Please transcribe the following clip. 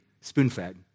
spoon-fed